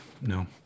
No